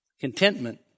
Contentment